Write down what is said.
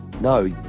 No